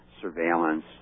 surveillance